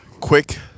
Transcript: quick